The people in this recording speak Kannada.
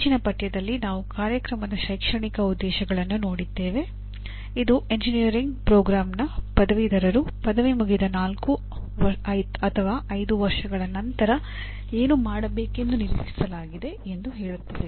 ಮುಂಚಿನ ಪಠ್ಯದಲ್ಲಿ ನಾವು ಕಾರ್ಯಕ್ರಮದ ಶೈಕ್ಷಣಿಕ ಉದ್ದೇಶಗಳನ್ನು ನೋಡಿದ್ದೇವೆ ಇದು ಎಂಜಿನಿಯರಿಂಗ್ ಪ್ರೋಗ್ರಾಂನ ಪದವೀಧರರು ಪದವಿ ಮುಗಿದ 4 5 ವರ್ಷಗಳ ನಂತರ ಏನು ಮಾಡಬೇಕೆಂದು ನಿರೀಕ್ಷಿಸಲಾಗಿದೆ ಎಂದು ಹೇಳುತ್ತದೆ